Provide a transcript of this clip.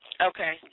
Okay